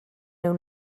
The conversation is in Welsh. nhw